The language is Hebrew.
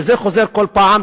כי זה חוזר כל פעם,